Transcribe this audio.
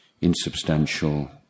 insubstantial